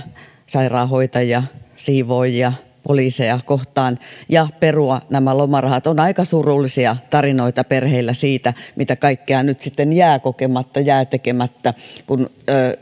sairaanhoitajia siivoojia ja poliiseja kohtaan ja perua nämä lomarahat perheillä on aika surullisia tarinoita siitä mitä kaikkea nyt sitten jää kokematta ja jää tekemättä kun